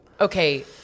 Okay